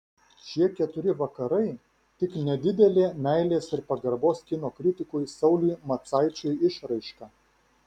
šie keturi vakarai tik nedidelė meilės ir pagarbos kino kritikui sauliui macaičiui išraiška